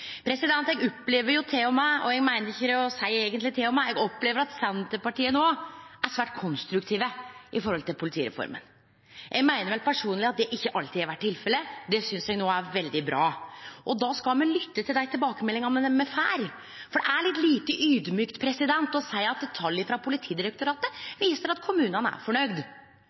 Eg opplever at Senterpartiet no er svært konstruktiv når det gjeld politireforma. Det synest eg er veldig bra. Eg personleg meiner nok at det ikkje alltid har vore tilfellet. Då skal me lytte til dei tilbakemeldingane me får. Det er litt lite audmjukt å seie at tal frå Politidirektoratet viser at kommunane er